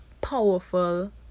powerful